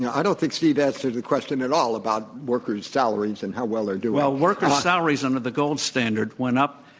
i don't think steve answered the question at all about workers' salaries and how well they're doing. well, workers' salaries under the gold standard went up.